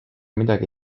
midagi